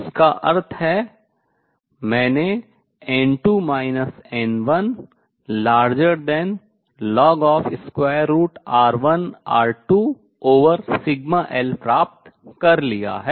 जिसका अर्थ है मैंने n2 n1ln√σL प्राप्त कर लिया है